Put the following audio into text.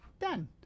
done